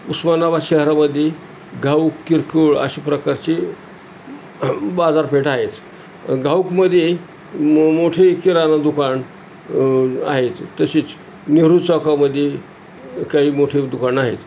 उस्मानाबाद शहरामध्ये घाऊक किरकोळ अशा प्रकारचे बाजारपेठ आहेच घाऊकमध्ये मोठे मोठे किराणा दुकान आहेच तशीच नेहरू चौकामध्ये काही मोठे दुकानं आहेत